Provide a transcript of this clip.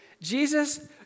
Jesus